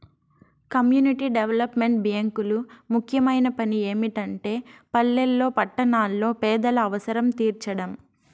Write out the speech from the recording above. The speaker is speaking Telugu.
కమ్యూనిటీ డెవలప్మెంట్ బ్యేంకులు ముఖ్యమైన పని ఏమిటంటే పల్లెల్లో పట్టణాల్లో పేదల అవసరం తీర్చడం